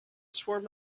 swarm